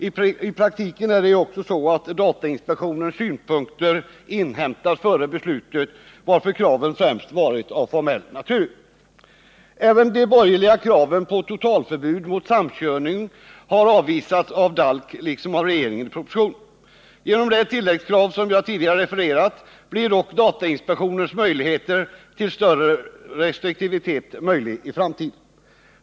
I praktiken är det ju också så att datainspektionens synpunkter inhämtas före beslut, varför kraven främst varit av formell natur. Även de borgerliga kraven på totalförbud mot samkörning har avvisats av DALK liksom av regeringen i propositionen. Genom det tilläggskrav som jag tidigare refererat blir dock datainspektionens möjligheter till större restriktivitet bättre i framtiden.